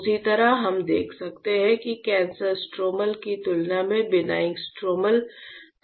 उसी तरह हम देख सकते हैं कि कैंसर स्ट्रोमल की तुलना में बिनाइन स्ट्रोमल का एक अलग मूल्य है